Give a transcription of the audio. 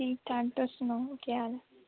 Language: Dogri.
ठीक ठाक तुस सनाओ केह् हाल ऐ